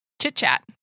chit-chat